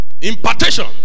Impartation